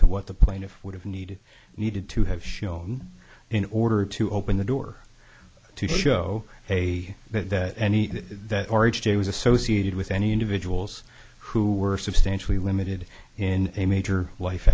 to what the plaintiff would have needed needed to have shown in order to open the door to show a that any that or each day was associated with any individuals who were substantially limited in a major life